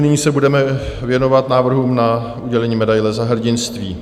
Nyní se budeme věnovat návrhům na udělení medaile Za hrdinství.